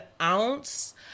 ounce